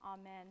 amen